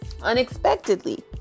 Unexpectedly